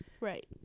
Right